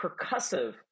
percussive